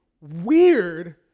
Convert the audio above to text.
weird